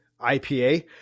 IPA